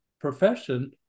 profession